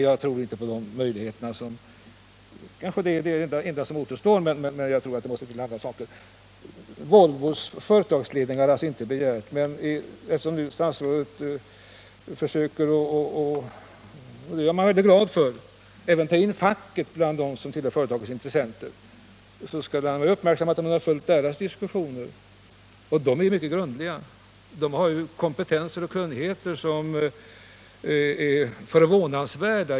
Jag tror inte på de möjligheterna, som kanske är de enda som återstår, utan jag anser att det måste till andra saker. Volvos företagsledning har alltså inte begärt några pengar. Men eftersom statsrådet försöker — och det är jag väldigt glad för — ta med facket bland företagets intressenter skulle han vara uppmärksam på dess diskussioner. Det är mycket grundliga diskussioner som visar att fackets medlemmar inom bilbranschen har en kompetens och kunnighet som är beundransvärd.